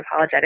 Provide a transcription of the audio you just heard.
unapologetic